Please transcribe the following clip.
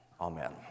amen